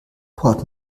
port